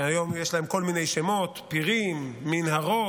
שהיום יש להם כל מיני שמות: פירים, מנהרות,